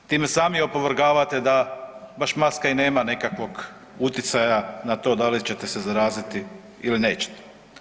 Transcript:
Time sami opovrgavate da baš maska i nema nekakvog utjecaja na to da li ćete se zaraziti ili nećete.